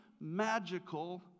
magical